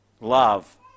love